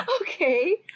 Okay